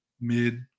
mid